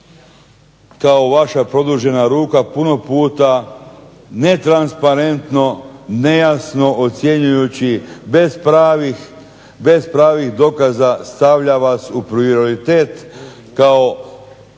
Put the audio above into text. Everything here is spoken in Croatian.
kao vaša produžena ruka puno puta netransparentno, nejasno ocjenjujući bez pravih dokaza stavlja vas u prioritet kao